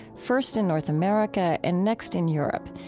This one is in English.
first in north america and next in europe,